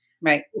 Right